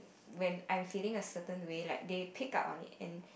when I'm feeling a certain way like they pick up on it and